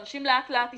ואנשים לאט-לאט יסגרו,